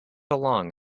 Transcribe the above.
along